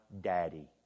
Daddy